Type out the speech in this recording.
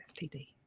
STD